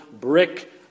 brick